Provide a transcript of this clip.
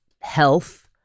health